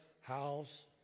house